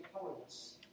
Powerless